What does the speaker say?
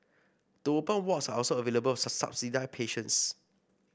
the open wards are also available for subsidised patients